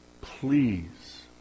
please